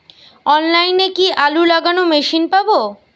অনলাইনে কি আলু লাগানো মেশিন পাব?